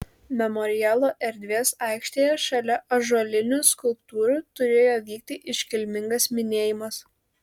memorialo erdvės aikštėje šalia ąžuolinių skulptūrų turėjo vykti iškilmingas minėjimas